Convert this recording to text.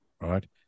right